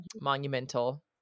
monumental